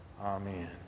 Amen